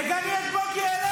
תגני את בוגי יעלון.